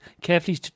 carefully